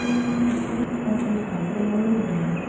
tuck the chin slightly, hug the low ribs in.